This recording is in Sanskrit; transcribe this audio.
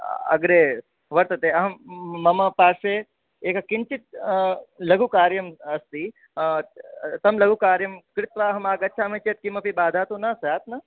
अग्रे वर्तते अहं मम पार्श्वे एक किञ्चित् लघुकार्यम् अस्ति तं लघु कार्यं कृत्वा अहमागच्छामि चेत् किमपि बाधः तु न स्यात् न